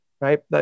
right